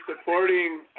supporting